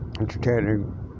entertaining